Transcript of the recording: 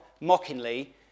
mockingly